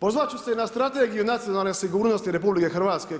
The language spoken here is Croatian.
Pozvat ću se i na Strategiju nacionalne sigurnosti RH